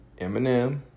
Eminem